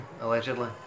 allegedly